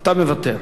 אתה מוותר.